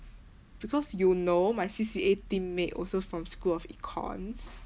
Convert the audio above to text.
because you know my C_C_A teammate also from school of econs